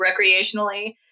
recreationally